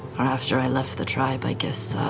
or after i left the tribe, i guess